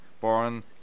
born